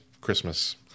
Christmas